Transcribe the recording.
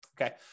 Okay